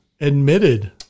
admitted